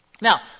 Now